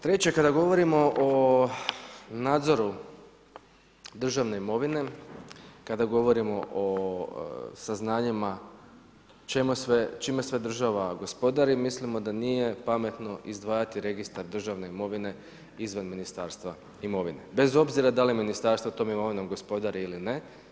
Treće, kada govorimo o nadzoru državne imovine kada govorimo o saznanjima čime sve država gospodari mislimo da nije pametno izdvajati registar državne imovine izvan Ministarstva imovine bez obzira da li Ministarstvo tom imovinom gospodari ili ne.